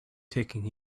taking